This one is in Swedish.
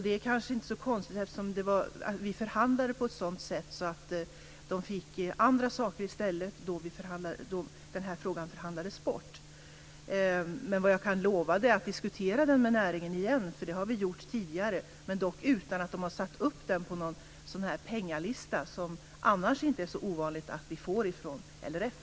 Det är kanske inte så konstigt eftersom man fick andra saker i stället när frågan förhandlades bort. Jag kan lova att diskutera frågan med näringen igen. Det har vi gjort tidigare, dock utan att den har satts upp på en pengalista - som annars inte är så ovanligt från LRF.